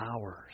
hours